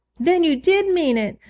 then you did mean it!